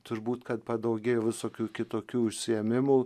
turbūt kad padaugėjo visokių kitokių užsiėmimų